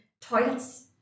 toilets